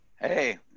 Hey